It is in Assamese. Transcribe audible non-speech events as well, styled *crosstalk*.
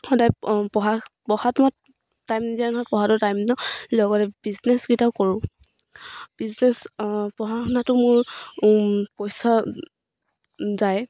সদায় পঢ়া পঢ়াত মই টাইম নিদিয়া নহয় পঢ়াটো টাইম *unintelligible* লগতে বিজনেছকেইটাও কৰোঁ বিজনেছ পঢ়া শুনাটো মোৰ পইচা যায়